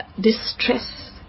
distress